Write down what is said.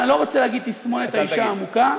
אני לא רוצה להגיד תסמונת האישה המוכה.